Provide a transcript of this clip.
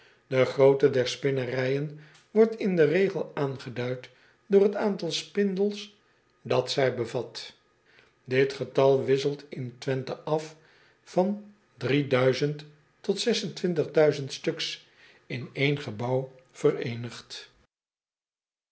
e grootte der spinnerijen wordt in den regel aangeduid door het aantal spindels dat zij bevat it getal wisselt in wenthe af van tot stuks in één gebouw vereenigd